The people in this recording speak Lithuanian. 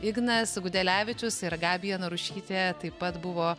ignas gudelevičius ir gabija narušytė taip pat buvo